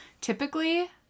Typically